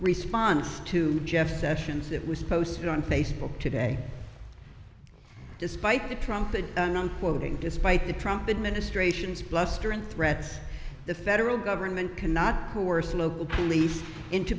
response to jeff sessions that was posted on facebook today despite the trumpet quoting despite the trumpet ministrations bluster and threats the federal government cannot force local police into